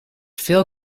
veel